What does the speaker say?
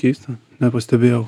keista nepastebėjau